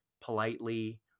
politely